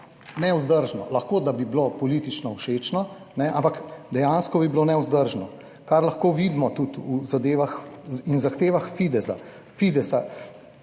nevzdržno, lahko da bi bilo politično všečno, ampak dejansko bi bilo nevzdržno, kar lahko vidimo tudi v zadevah in